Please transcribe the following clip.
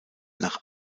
nach